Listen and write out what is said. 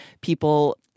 people